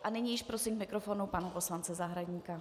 A nyní již prosím k mikrofonu pana poslance Zahradníka.